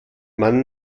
man